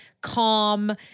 calm